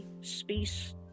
space